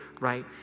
right